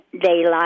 daylight